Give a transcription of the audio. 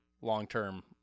long-term